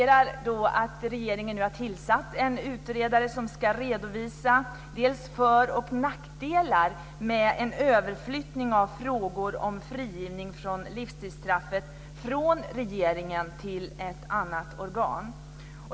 Regeringen har nu tillsatt en utredare som ska redovisa för och nackdelar med en överflyttning av frågor om frigivning från livstidsstraffet från regeringen till ett annat organ.